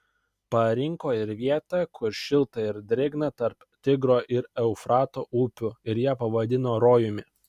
parinko ir vietą kur šilta ir drėgna tarp tigro ir eufrato upių ir ją pavadino rojumi